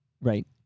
Right